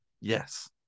Yes